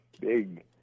big